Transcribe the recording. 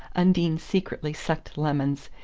undine secretly sucked lemons,